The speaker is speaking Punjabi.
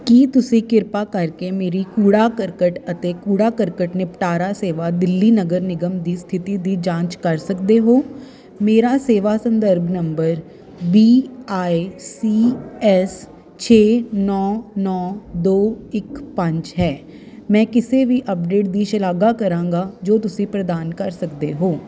ਕੀ ਤੁਸੀਂ ਕਿਰਪਾ ਕਰਕੇ ਮੇਰੀ ਕੂੜਾ ਕਰਕਟ ਅਤੇ ਕੂੜਾ ਕਰਕਟ ਨਿਪਟਾਰਾ ਸੇਵਾ ਦਿੱਲੀ ਨਗਰ ਨਿਗਮ ਦੀ ਸਥਿਤੀ ਦੀ ਜਾਂਚ ਕਰ ਸਕਦੇ ਹੋ ਮੇਰਾ ਸੇਵਾ ਸੰਦਰਭ number B I C S ਛੇ ਨੌਂ ਨੌਂ ਦੋ ਇੱਕ ਪੰਜ ਹੈ ਮੈਂ ਕਿਸੇ ਵੀ ਅਪਡੇਟ ਦੀ ਸ਼ਲਾਘਾ ਕਰਾਂਗਾ ਜੋ ਤੁਸੀਂ ਪ੍ਰਦਾਨ ਕਰ ਸਕਦੇ ਹੋ